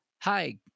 hi